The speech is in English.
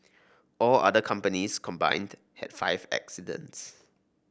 all other companies combined had five accidents